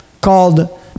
called